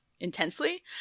intensely